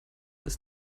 ist